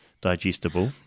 Digestible